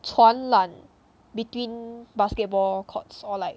传染 between basketball courts or like